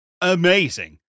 amazing